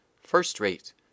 first-rate